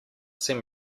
seem